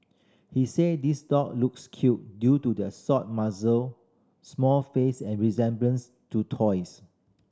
he said these dog looks cute due to the short muzzle small face and resemblance to toys